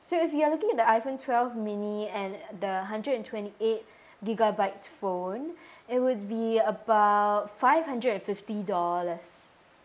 so if you're looking at the iPhone twelve mini and the hundred and twenty eight gigabytes phone it would be about five hundred and fifty dollars